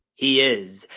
he is,